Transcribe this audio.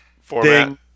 Format